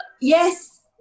Yes